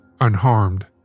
unharmed